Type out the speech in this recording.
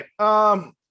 right